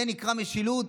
זה נקרא משילות?